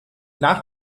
nach